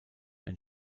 ein